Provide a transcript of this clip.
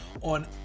on